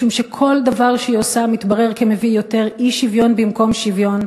משום שכל דבר שהיא עושה מתברר כמביא יותר אי-שוויון במקום שוויון,